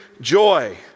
joy